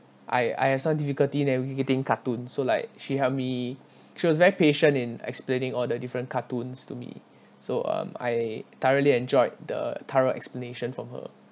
I I have some difficulty navigating cartoons so like she helped me she was very patient in explaining all the different cartoons to me so um I thoroughly enjoyed the thorough explanation from her